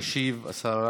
תשיב השרה